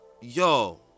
Yo